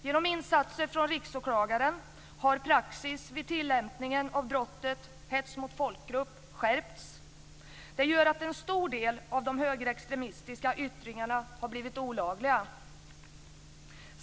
Genom insatser från Riksåklagaren har praxis vid tillämpningen av brottsrubriken Hets mot folkgrupp skärpts. Det gör att en stor del av de högerextremistiska yttringarna har blivit olagliga.